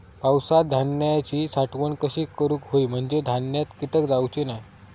पावसात धान्यांची साठवण कशी करूक होई म्हंजे धान्यात कीटक जाउचे नाय?